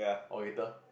oh later